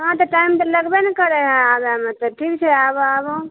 हँ तऽ टाइम तऽ लगबे नहि करै हइ आबैमे तऽ ठीक छै आबऽ आबऽ